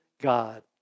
God